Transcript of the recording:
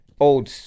Old